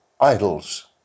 idols